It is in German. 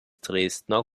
dresdner